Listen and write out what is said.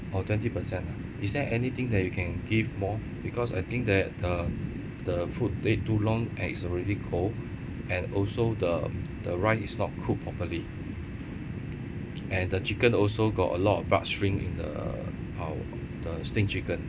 oh twenty percent ah is there anything that you can give more because I think that the the food take too long and it's already cold and also the the rice is not cooked properly and the chicken also got a lot of bad string in the how the steamed chicken